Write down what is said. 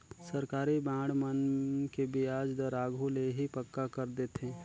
सरकारी बांड मन के बियाज दर आघु ले ही पक्का कर देथे